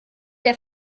der